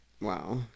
Wow